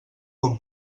com